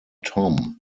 tom